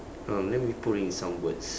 um let me put in some words